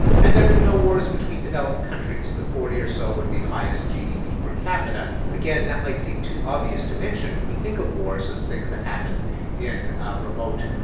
and there have been no wars between developed countries the forty or so with the highest gdp per capita. again that might seem too obvious to mention. we think of wars as things that happen in remote,